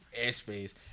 airspace